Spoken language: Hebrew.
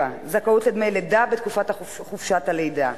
7. זכאות לדמי לידה בתקופת חופשת הלידה.